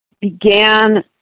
began